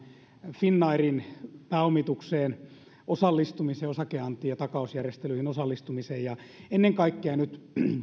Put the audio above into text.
finnairin pääomitukseen osallistumiseen osakeantiin ja takausjärjestelyihin osallistumiseen ja ennen kaikkea nyt